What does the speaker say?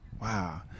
Wow